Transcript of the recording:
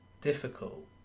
difficult